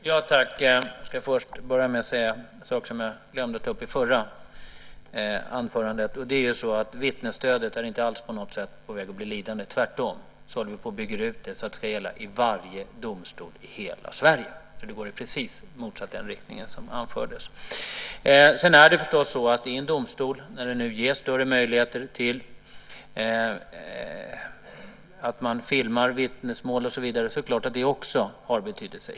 Fru talman! Jag ska först ta upp något som jag glömde ta upp i det förra anförandet. Vittnesstödet är inte på något sätt på väg att bli lidande. Tvärtom håller vi på att bygga ut det så att det ska gälla i varje domstol i hela Sverige. Det går i precis motsatt riktning mot vad som anfördes. Det är klart att det också har betydelse när det ges större möjligheter att filma vittnesmål i en domstol och så vidare.